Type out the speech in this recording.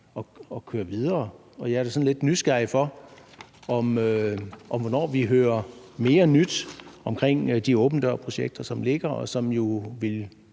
at køre videre. Og jeg er da sådan lidt nysgerrig efter at få at vide, hvornår vi hører mere nyt omkring de åben dør-projekter, som ligger, og som jo